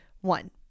One